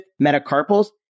metacarpals